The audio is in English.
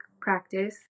practice